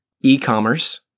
e-commerce